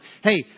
Hey